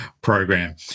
program